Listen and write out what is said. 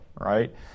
right